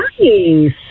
Nice